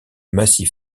massif